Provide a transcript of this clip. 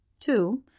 two